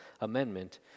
Amendment